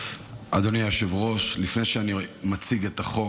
אדוני היושב-ראש, לפני שאני מציג את החוק,